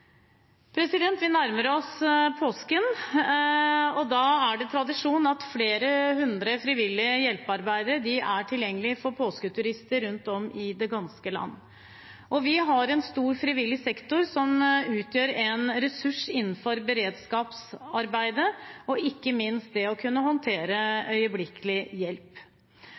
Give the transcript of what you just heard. Vi nærmer oss påsken, og da er det tradisjon at flere hundre frivillige hjelpearbeidere er tilgjengelige for påsketurister rundt om i det ganske land. Vi har en stor frivillig sektor som utgjør en ressurs innenfor beredskapsarbeidet, ikke minst det å kunne håndtere øyeblikkelig hjelp.